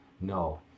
No